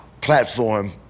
platform